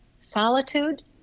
solitude